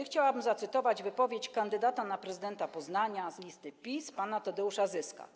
Chciałabym zacytować wypowiedź kandydata na prezydenta Poznania z listy PiS pana Tadeusza Zyska.